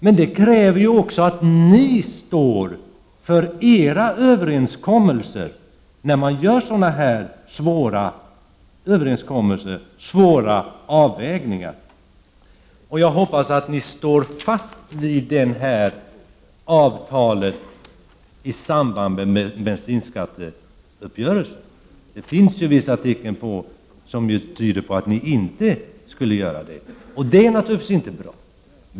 Men det kräver också att ni står för era överenskommelser, när man gör sådana här svåra avvägningar. Jag hoppas att ni står fast vid avtalet i samband med bensinskatteuppgörelsen. Det finns vissa tecken som tyder på att ni inte skulle göra det. Det är naturligtvis inte bra.